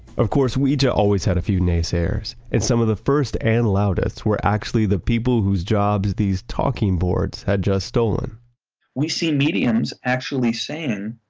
of course, ouija always had a few naysayers, and some of the first and loudest were actually the people whose jobs these talking boards had just stolen we see mediums actually saying,